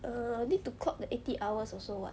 err need to clock the eighty hours also [what]